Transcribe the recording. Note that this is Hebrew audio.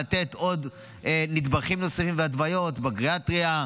לתת עוד נדבכים נוספים והתוויות בגריאטריה.